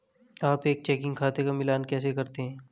आप एक चेकिंग खाते का मिलान कैसे करते हैं?